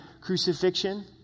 crucifixion